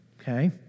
okay